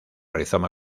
rizoma